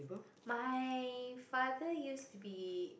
my father used to be